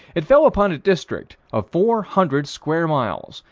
it fell upon a district of four hundred square miles,